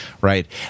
right